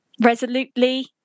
resolutely